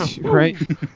Right